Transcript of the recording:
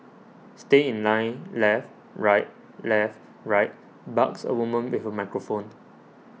stay in line left right left right barks a woman with a microphone